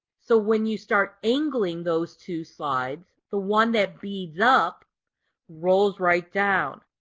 so when you start angling those two slides, the one that beads up rolls right down.